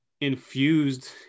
infused